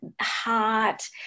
heart